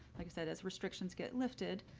like i said, as restrictions get lifted,